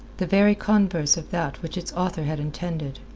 the very converse of that which its author had intended.